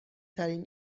ترین